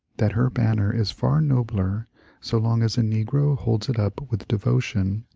that her banner is far nobler so long as a negro holds it up with devotion,